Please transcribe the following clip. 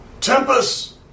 Tempest